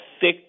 thick